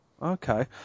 Okay